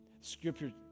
Scripture